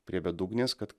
prie bedugnės kad